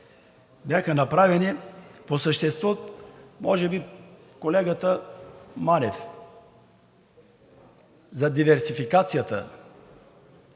бяха направени, по същество може би колегата Манев – за диверсификацията.